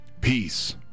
peace